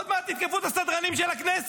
עוד מעט תתקפו את הסדרנים של הכנסת.